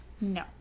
No